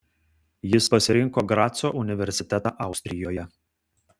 jis pasirinko graco universitetą austrijoje